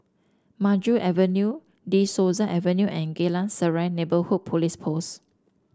Maju Avenue De Souza Avenue and Geylang Serai Neighbourhood Police Post